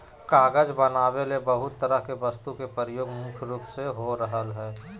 कागज बनावे ले बहुत तरह के वस्तु के प्रयोग मुख्य रूप से हो रहल हल